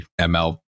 ML